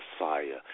Messiah